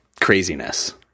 craziness